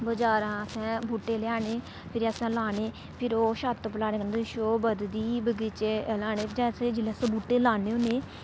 बजारा असें बूह्टे लेआने फ्हिरी असें लाने फिर छत्त पर लाने कन्नै शोऽ बधदी बगीचे लाने बिच्च जिसलै अस बूह्टे लान्ने होन्नें